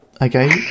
okay